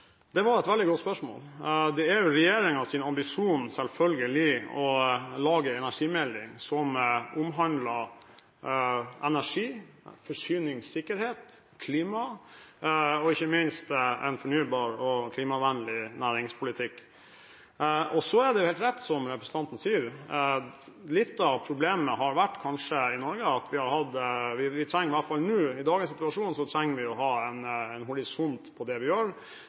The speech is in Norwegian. Det var et veldig godt spørsmål. Det er selvfølgelig regjeringens ambisjon å lage en energimelding som omhandler energi, forsyningssikkerhet, klima og ikke minst en fornybar og klimavennlig næringspolitikk. Og så er det helt rett det representanten sier om litt av problemet som har vært i Norge – i dagens situasjon trenger vi å ha en horisont på det vi gjør. Det er jeg helt enig med representanten i.